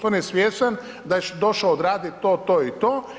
On je svjestan da je došao odraditi to, to i to.